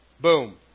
Boom